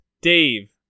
Dave